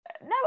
no